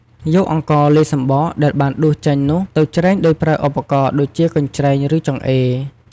យកអង្ករលាយសម្បកដែលបានដួសចេញនោះ ទៅច្រែងដោយប្រើឧបករណ៍ដូចជាកញ្ច្រែង ឬចង្អេរ ។